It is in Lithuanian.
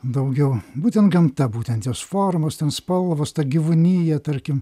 daugiau būtent gamta būtent jos formos ten spalvos ta gyvūnija tarkim